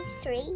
three